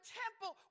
temple